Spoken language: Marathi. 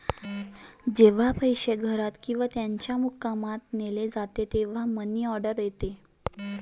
जेव्हा पैसे घरात किंवा त्याच्या मुक्कामात नेले जातात तेव्हा मनी ऑर्डर येते